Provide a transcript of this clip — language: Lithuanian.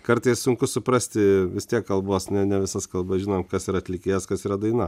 kartais sunku suprasti vis tiek kalbos ne ne visas kalba žinom kas yra atlikėjas kas yra daina